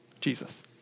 Jesus